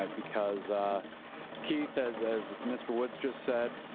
um because keith, as as mr. woods just said,